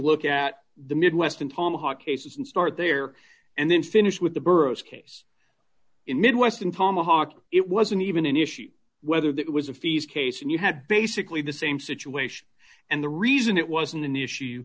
look at the midwest and tomahawk cases and start there and then finish with the burris case in midwest and tomahawk it wasn't even an issue whether that was a feast case and you had basically the same situation and the reason it wasn't an issue